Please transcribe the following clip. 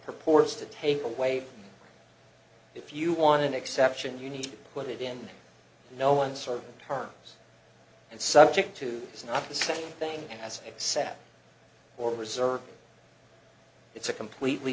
purports to take away if you want an exception you need to put it in no uncertain terms and subject to is not the same thing as accept or reserve it's a completely